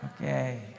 Okay